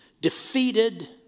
defeated